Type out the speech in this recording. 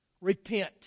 Repent